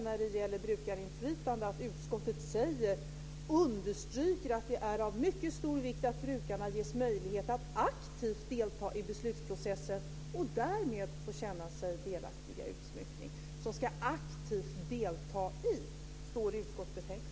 När det gäller brukarinflytande vill jag bara poängtera att utskottet understryker att det är av mycket stor vikt att brukarna ges möjlighet att aktivt delta i beslutsprocessen och därmed få känna sig delaktiga i utsmyckningen. De ska "aktivt delta i", står det i utskottsbetänkandet.